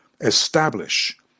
establish